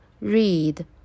read